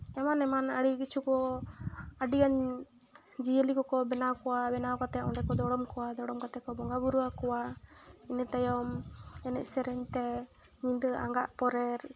ᱮᱢᱟᱱ ᱮᱢᱟᱱ ᱟᱹᱲᱤ ᱠᱤᱪᱷᱩ ᱠᱚ ᱟᱹᱰᱤᱜᱟᱱ ᱡᱤᱭᱟᱹᱞᱤ ᱠᱚᱠᱚ ᱵᱮᱱᱟᱣ ᱠᱚᱣᱟ ᱵᱮᱱᱟᱣ ᱠᱟᱛᱮᱫ ᱚᱸᱰᱮ ᱠᱚ ᱫᱚᱲᱚᱢ ᱠᱚᱣᱟ ᱫᱚᱲᱚᱢ ᱠᱟᱛᱮᱫ ᱠᱚ ᱵᱚᱸᱜᱟᱼᱵᱩᱨᱩ ᱟᱠᱚᱣᱟ ᱤᱱᱟᱹ ᱛᱟᱭᱚᱢ ᱮᱱᱮᱡ ᱥᱮᱨᱮᱧ ᱛᱮ ᱧᱤᱫᱟᱹ ᱟᱸᱜᱟᱜ ᱯᱚᱨᱮᱨ